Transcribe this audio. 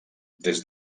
des